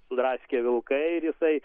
sudraskė vilkai ir jisai